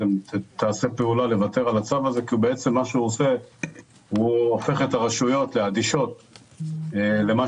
על הצו הזה כי הצו הזה הופך את הרשויות לאדישות למה